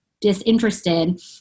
disinterested